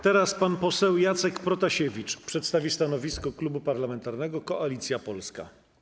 Teraz pan poseł Jacek Protasiewicz przedstawi stanowisko Klubu Parlamentarnego Koalicja Polska.